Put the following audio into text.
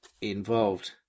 involved